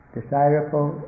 desirable